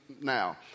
now